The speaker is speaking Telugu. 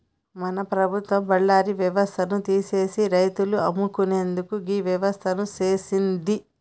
మన ప్రభుత్వ దళారి యవస్థను తీసిసి రైతులు అమ్ముకునేందుకు గీ వ్యవస్థను సేసింది